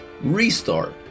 restart